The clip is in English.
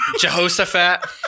Jehoshaphat